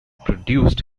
produced